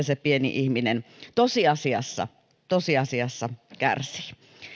se pieni ihminen tosiasiassa tosiasiassa kärsii